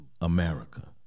America